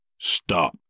Stop